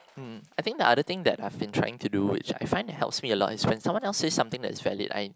hmm I think that the other thing that I've been trying to do which I find helps me a lot is when someone else says something that is valid